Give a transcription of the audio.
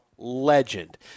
legend